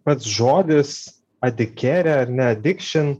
pats žodis adikėre ar ne adikšen